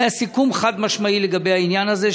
והיה סיכום חד-משמעי לגבי העניין הזה,